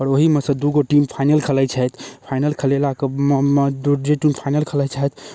आओर ओहिमेसँ दुइगो टीम फाइनल खेलै छथि फाइनल खेलेलामे जे दुइ टीम फाइनल खेलै छथि